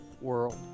world